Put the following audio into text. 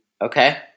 Okay